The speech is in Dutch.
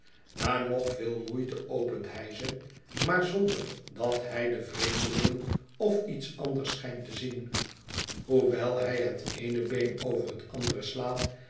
na nog veel moeite opent hij ze maar zonder dat hij de vreemdelingen of iets anders schijnt te zien hoewel hij het eene been over het andere slaat